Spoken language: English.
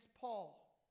Paul